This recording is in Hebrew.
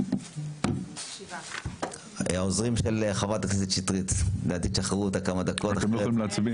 7. מי נמנע?